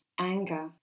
anger